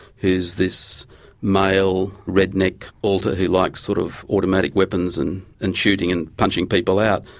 who's this male, red-neck alter who likes sort of automatic weapons and and shooting and punching people out.